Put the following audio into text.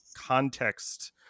context